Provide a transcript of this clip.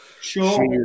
Sure